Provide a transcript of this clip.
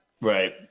right